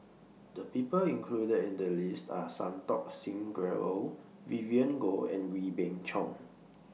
The People included in The list Are Santokh Singh Grewal Vivien Goh and Wee Beng Chong